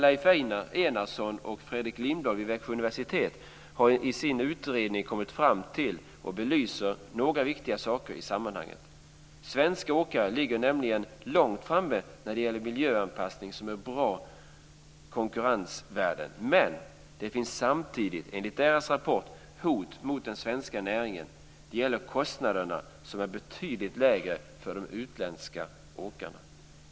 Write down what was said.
Växjö universitet har i sin utredning kommit fram till och belyst några viktiga saker i sammanhanget. Svenska åkare ligger nämligen långt framme när det gäller miljöanpassning, vilket är ett bra konkurrensvärde. Men det finns samtidigt enligt deras rapport hot mot den svenska näringen. Det gäller kostnaderna, som är betydligt lägre för de utländska åkarna.